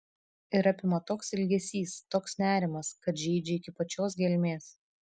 ir apima toks ilgesys toks nerimas kad žeidžia iki pačios gelmės